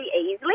easily